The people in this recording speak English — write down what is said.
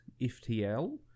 ftl